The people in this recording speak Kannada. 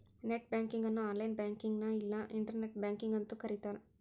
ನೆಟ್ ಬ್ಯಾಂಕಿಂಗ್ ಅನ್ನು ಆನ್ಲೈನ್ ಬ್ಯಾಂಕಿಂಗ್ನ ಇಲ್ಲಾ ಇಂಟರ್ನೆಟ್ ಬ್ಯಾಂಕಿಂಗ್ ಅಂತೂ ಕರಿತಾರ